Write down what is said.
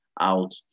out